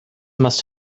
must